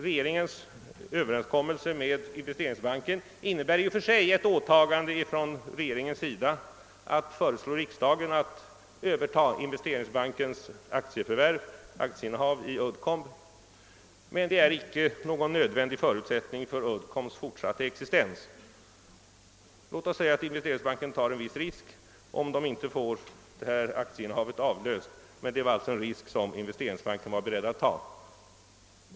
Regeringens överenskommelse med Investeringsbanken innebär i och för sig ett åtagande av regeringen att föreslå riksdagen att överta Investeringsbankens aktieinnehav i Uddcomb, men det är icke någon nödvändig förutsättning för Uddcombs fortsatta existens. Låt oss säga att Investeringsbanken löper en viss risk att inte få detta aktieinnehav avlöst, men det är alltså en risk som den varit beredd att ta.